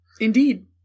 Indeed